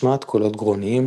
השמעת קולות גרוניים,